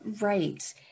Right